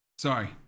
Sorry